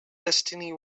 destiny